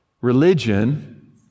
religion